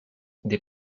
des